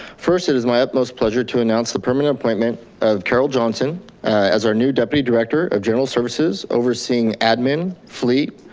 first it is my utmost pleasure to announce the permanent appointment of carol johnston as our new deputy director of general services overseeing admin, fleet,